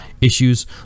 issues